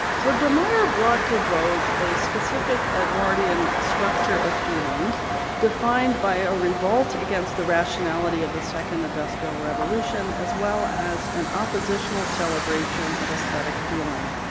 so de meyer brought to vogue a specific edwardian structure of feeling defined by a revolt against the rationality of the second industrial revolution as well as an oppositional celebration of aesthetic feeling.